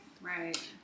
Right